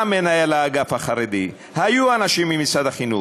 היה מנהל האגף החרדי, היו אנשים ממשרד החינוך,